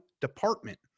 department